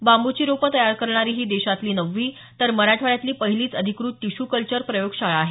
बांबूची रोपं तयार करणारी ही देशातील नववी तर मराठवाड्यातली पहिलीच अधिकृत टिशू कल्चर प्रयोगशाळा आहे